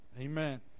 amen